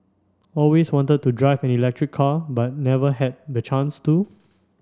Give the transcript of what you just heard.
always wanted to drive electric car but never had the chance to